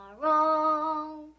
tomorrow